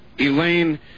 Elaine